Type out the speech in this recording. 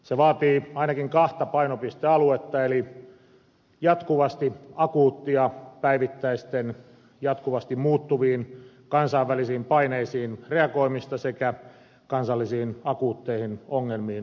se vaatii ainakin kahta painopistealuetta eli akuuttia reagoimista päivittäisiin jatkuvasti muuttuviin kansainvälisiin paineisiin sekä puuttumista akuutteihin kansallisiin ongelmiin